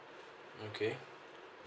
okay